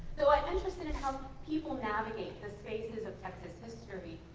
so i'm interested in how people navigate the spaces of texas history,